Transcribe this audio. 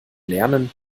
lernen